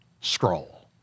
scroll